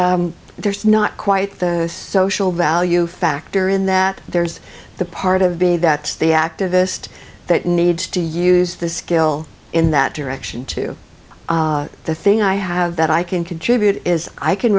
there's not quite the social value factor in that there's the part of be that the activist that needs to use the skill in that direction to the thing i have that i can contribute is i can